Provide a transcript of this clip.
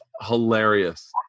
hilarious